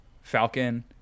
falcon